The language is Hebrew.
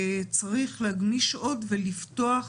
צריך להגמיש ולפתוח